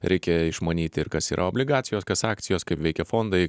reikia išmanyti ir kas yra obligacijos kas akcijos kaip veikia fondai